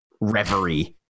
reverie